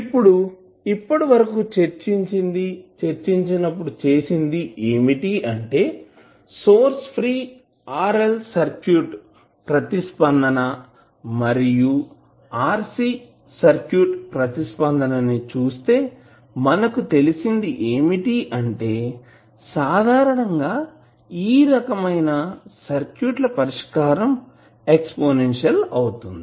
ఇప్పుడు ఇప్పటివరకు మనం చర్చించింది చర్చించినప్పుడు చేసింది ఏమిటి అంటే సోర్స్ ఫ్రీ RL సర్క్యూట్ ప్రతిస్పందన మరియు RC సర్క్యూట్ ప్రతిస్పందన ని చూస్తే మనకు తెలిసేది ఏమిటి అంటే సాధారణంగా ఈ రకమైన సర్క్యూట్ ల పరిష్కారం ఎక్స్పోనెన్షియల్ అవుతుంది